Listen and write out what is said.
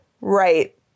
Right